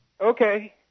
Okay